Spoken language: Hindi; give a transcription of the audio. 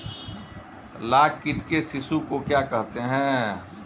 लाख कीट के शिशु को क्या कहते हैं?